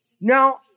Now